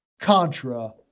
Contra